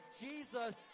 jesus